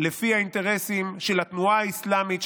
לפי האינטרסים של התנועה האסלאמית,